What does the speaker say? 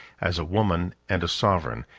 as a woman and a sovereign,